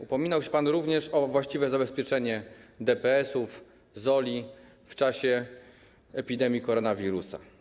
Upominał się pan również o właściwe zabezpieczenie DPS-ów, ZOL-i w czasie epidemii koronawirusa.